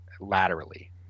laterally